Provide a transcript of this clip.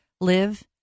live